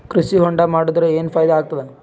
ಕೃಷಿ ಹೊಂಡಾ ಮಾಡದರ ಏನ್ ಫಾಯಿದಾ ಆಗತದ?